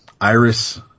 Iris